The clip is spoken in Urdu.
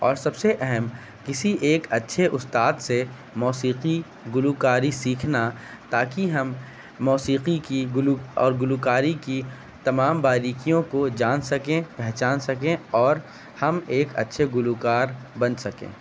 اور سب سے اہم کسی ایک اچھے استاد سے موسیقی گلوکاری سکھینا تاکہ ہم موسیقی کی گلو اور گلوکاری کی تمام باریکیوں کو جان سکیں پہچان سکیں اور ہم ایک اچھے گلوکار بن سکیں